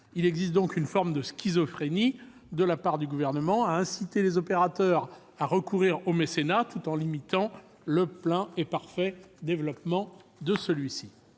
Il existe donc une forme de schizophrénie de la part du Gouvernement dans le fait d'inciter les opérateurs publics à recourir au mécénat tout en limitant le plein et parfait développement de celui-ci.